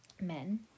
men